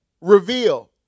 reveal